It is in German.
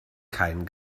keinen